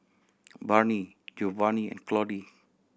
Barney Jovanni Claudie